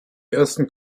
ersten